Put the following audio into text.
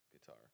guitar